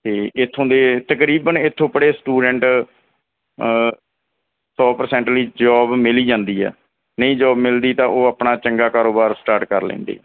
ਅਤੇ ਇੱਥੋਂ ਦੇ ਤਕਰੀਬਨ ਇੱਥੋਂ ਪੜ੍ਹੇ ਸਟੂਡੈਂਟ ਸੌ ਪਰਸੈਂਟਲੀ ਜੋਬ ਮਿਲ ਹੀ ਜਾਂਦੀ ਹੈ ਨਹੀਂ ਜੋਬ ਮਿਲਦੀ ਤਾਂ ਉਹ ਆਪਣਾ ਚੰਗਾ ਕਾਰੋਬਾਰ ਸਟਾਰਟ ਕਰ ਲੈਂਦੇ